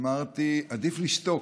אמרתי: עדיף לשתוק.